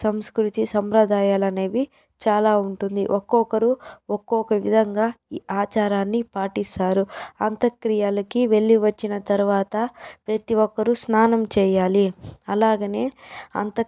సంస్కృతి సంప్రదాయాలు అనేవి చాలా ఉంటుంది ఒకొక్కరు ఒకొక్క విధంగా ఈ ఆచారాన్ని పాటిస్తారు అంత్యక్రియలకు వెళ్ళి వచ్చిన తర్వాత ప్రతీ ఒక్కరూ స్నానం చేయాలి అలాగనే అంత